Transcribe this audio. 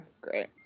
great